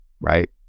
right